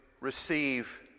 receive